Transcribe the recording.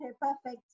Perfect